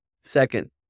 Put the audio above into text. Second